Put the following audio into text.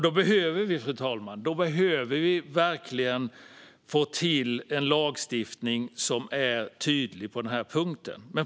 Då behöver vi, fru talman, verkligen få till en lagstiftning som är tydlig på den här punkten.